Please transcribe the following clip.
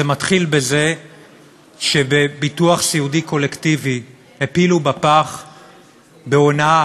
זה מתחיל בזה שבביטוח סיעודי קולקטיבי הפילו בפח בהונאה,